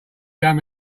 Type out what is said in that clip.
down